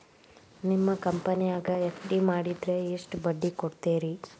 ನಿಮ್ಮ ಕಂಪನ್ಯಾಗ ಎಫ್.ಡಿ ಮಾಡಿದ್ರ ಎಷ್ಟು ಬಡ್ಡಿ ಕೊಡ್ತೇರಿ?